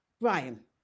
Brian